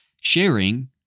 sharing